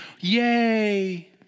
yay